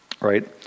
right